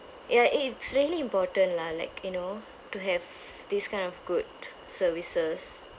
ya it it's really important lah like you know to have this kind of good services